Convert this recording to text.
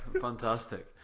fantastic